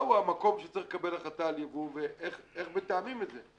מה הוא המקום שצריך לקבל החלטה על ייבוא ואיך מתאמים את זה?